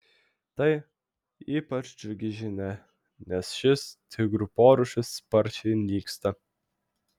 tai ypač džiugi žinia nes šis tigrų porūšis sparčiai nyksta